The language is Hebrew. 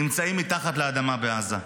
נמצאים מתחת לאדמה בעזה,